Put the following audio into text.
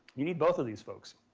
you need both of these folks.